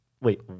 Wait